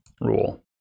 Rule